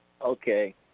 Okay